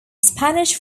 spanish